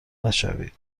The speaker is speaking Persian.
نشوید